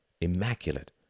immaculate